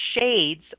shades